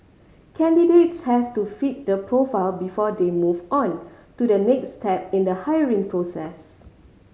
candidates have to fit the profile before they move on to the next step in the hiring process